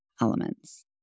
elements